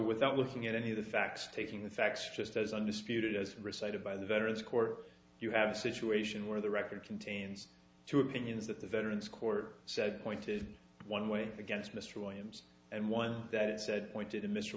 without looking at any of the facts taking the facts just as undisputed as recited by the veterans court you have a situation where the record contains two opinions that the veterans court said pointed one way against mr williams and one that it said pointed